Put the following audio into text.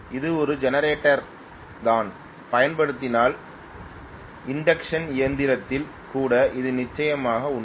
இது ஒரு ஜெனரேட்டராக நான் பயன்படுத்தினால் இண்டக்க்ஷன் இயந்திரத்தில் கூட இது நிச்சயமாக உண்மை